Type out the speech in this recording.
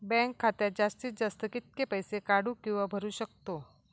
Bank खात्यात जास्तीत जास्त कितके पैसे काढू किव्हा भरू शकतो?